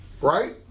Right